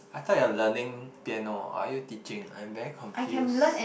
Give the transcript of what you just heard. I thought you're learning piano or are you teaching I'm very confused